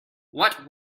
what